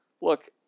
Look